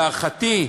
להערכתי,